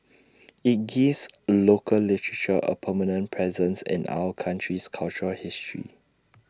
IT gives local literature A permanent presence in our country's cultural history